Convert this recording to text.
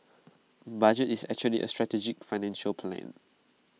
budget is actually A strategic financial plan